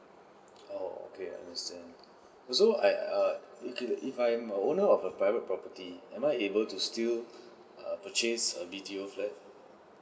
oh okay I understand so I err okay if I'm an owner of a private property am I able to still err purchase a B_T_O flat